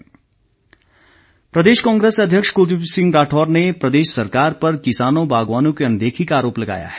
कुलदीप राठौर प्रदेश कांग्रेस अध्यक्ष कुलदीप सिंह राठौर ने प्रदेश सरकार पर किसानों बागवानों की अनदेखी का आरोप लगाया है